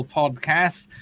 podcast